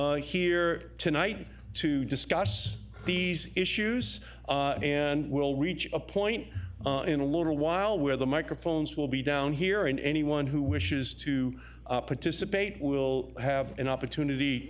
cast here tonight to discuss these issues and we'll reach a point in a little while where the microphones will be down here and anyone who wishes to participate will have an opportunity